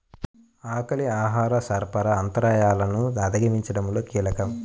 ఆకలి ఆహార సరఫరా అంతరాయాలను అధిగమించడంలో కీలకం